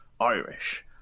Irish